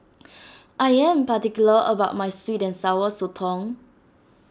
I am particular about my Sweet and Sour Sotong